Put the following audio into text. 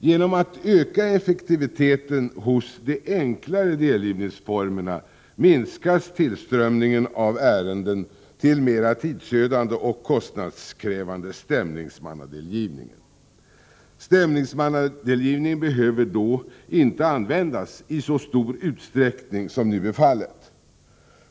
Genom att öka effektiviteten beträffande de enklare delgivningsformerna minskas tillströmningen av ärenden till den mer tidsödande och kostnadskrävande stämningsmannadelgivningen. Stämningsmannadelgivning behöver då inte användas i så stor utsträckning som nu är fallet.